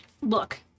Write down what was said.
Look